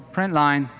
print line,